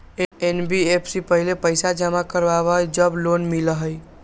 NBFC पहले पईसा जमा करवहई जब लोन मिलहई?